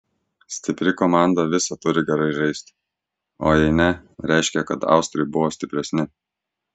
stipri komanda visad turi gerai žaist o jei ne reiškia kad austrai buvo stipresni